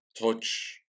touch